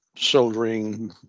soldering